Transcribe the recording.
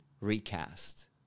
recast